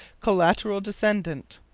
collateral descendant.